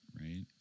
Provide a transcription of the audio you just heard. right